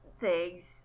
thanks